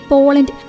Poland